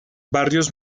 barrios